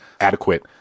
adequate